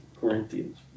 Corinthians